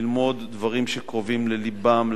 ללמוד דברים שקרובים ללבם,